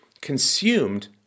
consumed